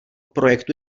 projektu